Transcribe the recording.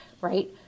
right